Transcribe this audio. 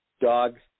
dogs